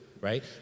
right